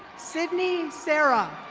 sydney sarah.